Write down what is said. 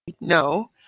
no